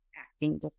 acting